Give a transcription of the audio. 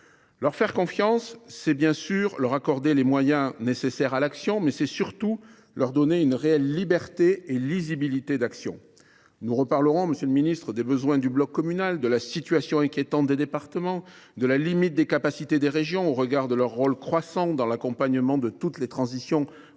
Leur faire confiance, c’est bien sûr leur accorder des moyens nécessaires à l’action, mais c’est surtout leur donner une réelle liberté dans un cadre lisible. Nous reparlerons, monsieur le ministre délégué, des besoins du bloc communal, de la situation inquiétante des départements, de la limite des capacités des régions, au regard de leur rôle croissant dans l’accompagnement de toutes les transitions auxquelles